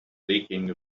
leaking